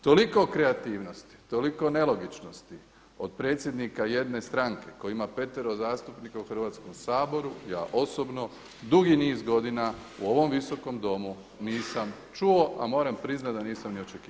Toliko kreativnosti, toliko nelogičnosti od predsjednika jedne stranke koji ima petero zastupnika u Hrvatskom saboru ja osobno dugi niz godina u ovom Visokom domu nisam čuo, a moram priznati da nisam ni očekivao.